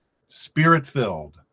spirit-filled